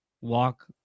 walk